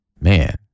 man